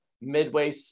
midway